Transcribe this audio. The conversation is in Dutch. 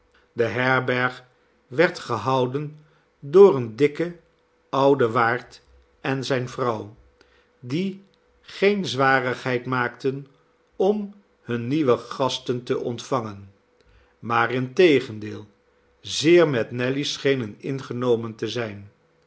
de herberg werd gehouden door een dikken ouden waard en zijne vrouw die geene zwarigheid maakten om hunne nieuwe gasten te ontvangen maar integendeel zeer met nelly schenen ingenomen te zijn